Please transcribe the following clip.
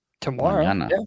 Tomorrow